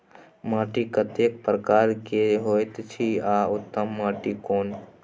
माटी कतेक प्रकार के होयत अछि आ उत्तम माटी कोन?